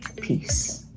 peace